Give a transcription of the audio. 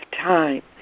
time